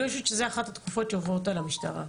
אני חושבת שזאת אחת התקופות שעוברת על המשטרה,